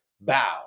Bow